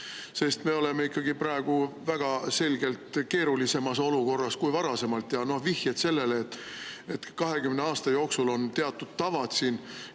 Me oleme ikkagi praegu väga selgelt keerulisemas olukorras kui varasemalt. Ja noh, viited sellele, et 20 aasta jooksul on siin